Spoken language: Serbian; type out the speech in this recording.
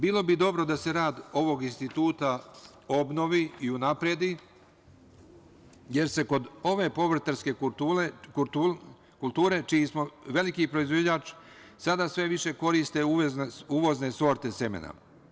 Bilo bi dobro da se rad ovog Instituta obnovi i unapredi, jer se kod ove povrtarske kulture čiji smo veliki proizvođač sada sve više koriste uvozne sorte semena.